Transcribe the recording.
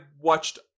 watched